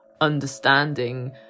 understanding